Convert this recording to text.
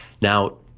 Now